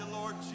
Lord